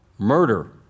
Murder